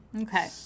Okay